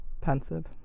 pensive